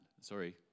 Sorry